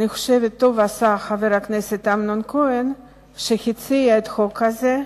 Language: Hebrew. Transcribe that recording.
אני חושבת שטוב עשה חבר הכנסת אמנון כהן שהציע את החוק הזה,